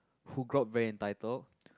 who grow up very entitle